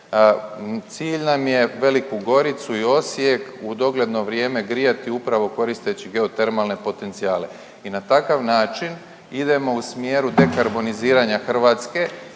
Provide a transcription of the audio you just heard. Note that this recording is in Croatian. Cilj nam je Veliku Goricu i Osijek u dogledno vrijeme grijati upravo koristeći geotermalne potencijale. I na takav način idemo u smjeru dekarboniziranja Hrvatske